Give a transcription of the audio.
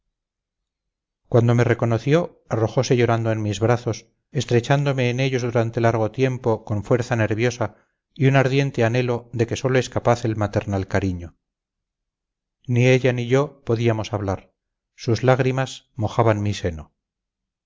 cuando me reconoció arrojose llorando en mis brazos estrechándome en ellos durante largo tiempo con fuerza nerviosa y un ardiente anhelo de que sólo es capaz el maternal cariño ni ella ni yo podíamos hablar sus lágrimas mojaban mi seno